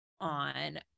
on